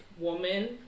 woman